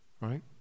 Right